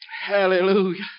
Hallelujah